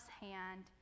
hand